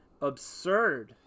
absurd